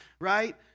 right